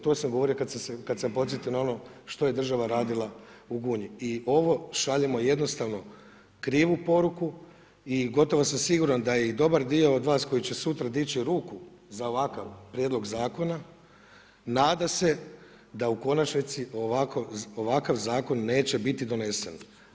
To sam govorio kad sam podsjetio na ono što je država radila u Gunji i ovo šaljemo jednostavno krivu poruku i gotovo sam siguran da je i dobar dio od vas koji će sutra dići ruku za ovakav prijedlog zakona, nada se da u konačnici ovakav zakon neće biti donesen.